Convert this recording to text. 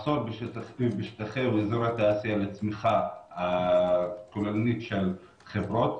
מחסור בשטחים ובאזורי תעשייה לצמיחה הכוללנית של חברות.